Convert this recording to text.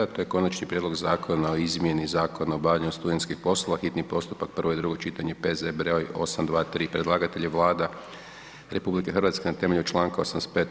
To je: - Konačni prijedlog zakona o izmjeni Zakona o obavljanju studentskih poslova, hitni postupak, prvo i drugo čitanje, P.Z. br. 823.; Predlagatelj je Vlada RH na temelju čl. 85.